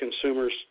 consumers